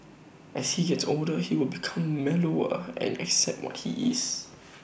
as he gets older he will become mellower and accept what he is